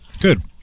Good